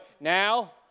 now